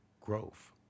growth